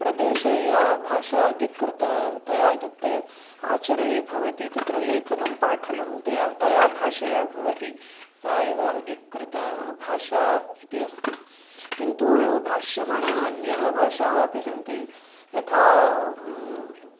प्रदेशे या भाषा अधिकृततया इत्युक्ते आचरणे भवति तत्र लेखनं पाठनं तया तया भाषया भवति सा एव अधिकृतभाषा इति अस्ति किन्तु भाष्यमाणाः अन्याः भाषाः अपि सन्ति यथा